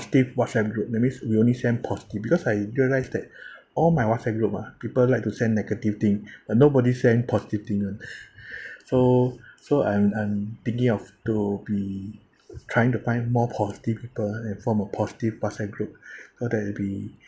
positive WhatsApp group that means we only send positive because I realized that all my WhatsApp group ah people like to send negative thing but nobody send positive [one] so so I'm I'm thinking of to be trying to find more positive people and form a positive WhatsApp group so that it'll be